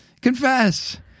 Confess